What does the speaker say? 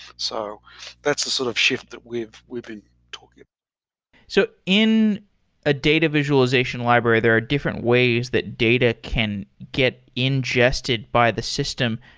so that's the sort of shift that we've we've been doing so in a data visualization library, there are different ways that data can get ingested by the system.